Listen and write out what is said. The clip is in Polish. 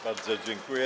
Bardzo dziękuję.